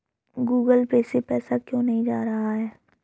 Google Pay से पैसा क्यों नहीं जा रहा है?